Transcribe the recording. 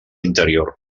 interior